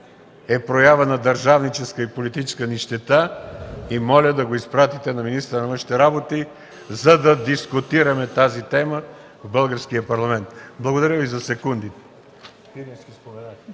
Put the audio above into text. е проява на държавническа и политическа нищета и моля да го изпратите на министъра на външните работи, за да дискутираме тази тема в Българския парламент. Благодаря Ви за секундите.